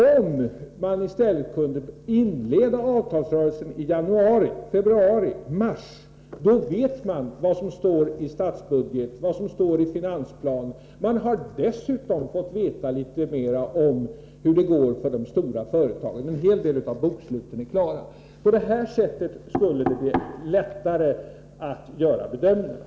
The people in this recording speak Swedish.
Om man i stället kunde inleda avtalsrörelsen i januari, februari eller mars, skulle man veta vad som står i budgetpropositionen och i finansplanen, och man har dessutom fått veta litet mera om hur det går för de stora företagen, eftersom en hel del av boksluten är klara. På det sättet skulle det bli lättare att göra bedömningar.